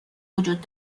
وجود